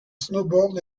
snowboard